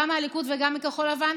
גם בליכוד וגם בכחול לבן.